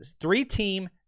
three-team